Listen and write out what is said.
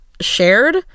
shared